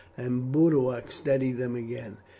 and boduoc steadied them again,